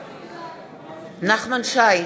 בעד נחמן שי,